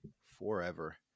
forever